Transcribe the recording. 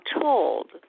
told